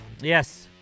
Yes